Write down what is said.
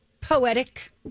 poetic